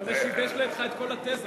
זה שיבש לך את כל התזה.